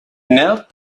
knelt